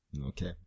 Okay